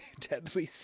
deadly